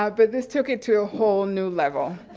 ah but this took it to a whole new level.